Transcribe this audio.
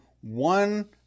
one